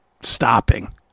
stopping